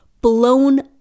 blown